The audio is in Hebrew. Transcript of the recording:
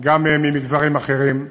גם ממגזרים אחרים,